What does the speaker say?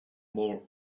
more